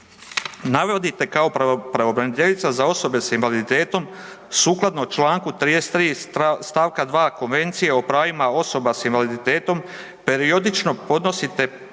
Navodite kao pravobraniteljica za osobe sa invaliditetom sukladno Članku 33. stavka 2. Konvencije o pravima osobe s invaliditetom periodično podnosite